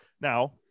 now